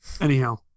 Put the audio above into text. Anyhow